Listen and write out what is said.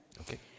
Okay